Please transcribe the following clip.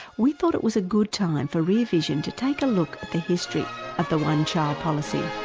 we thought it was a good time for rear vision to take a look at the history of the one-child policy.